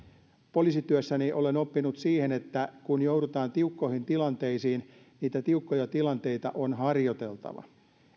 poliisityössäni olen oppinut siihen että kun joudutaan tiukkoihin tilanteisiin niin niitä tiukkoja tilanteita on harjoiteltava